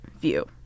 view